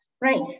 right